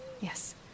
Yes